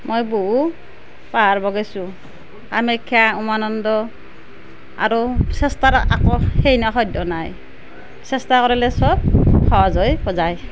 মই বহু পাহাৰ বগাছোঁ কামাখ্য়া উমানন্দ আৰু চেষ্টাৰ আকো সেইনা সাধ্য় নাই চেষ্টা কৰিলে চব সহজ হৈ যায়